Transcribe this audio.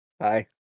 Hi